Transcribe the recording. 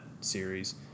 series